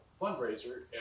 fundraiser